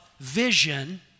vision